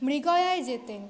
মৃগয়ায় যেতেন